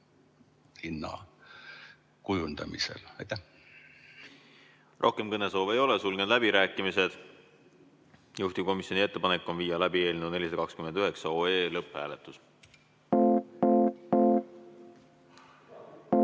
hinna kujundamisega. Aitäh! Rohkem kõnesoove ei ole, sulgen läbirääkimised. Juhtivkomisjoni ettepanek on viia läbi eelnõu 429 lõpphääletus. Nii.